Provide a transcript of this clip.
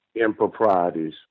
improprieties